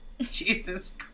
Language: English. Jesus